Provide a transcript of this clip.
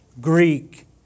Greek